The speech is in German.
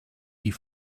die